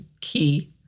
key